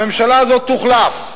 הממשלה הזאת תוחלף.